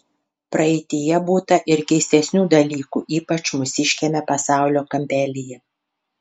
praeityje būta ir keistesnių dalykų ypač mūsiškiame pasaulio kampelyje